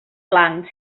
blanc